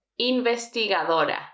Investigadora